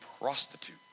prostitute